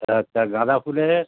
আচ্ছা গাঁদা ফুলের